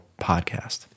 podcast